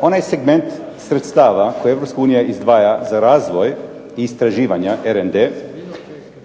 Onaj segment sredstava koji Europska unija izdvaja za razvoj i istraživanja RND